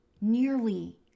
nearly